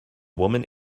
woman